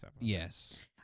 Yes